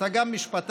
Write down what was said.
אתה גם משפטן,